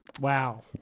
Wow